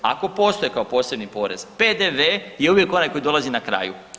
Ako postoje kao posebni porez PDV je uvijek onaj koji dolazi na kraju.